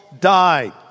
died